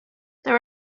there